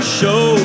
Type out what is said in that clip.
show